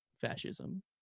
fascism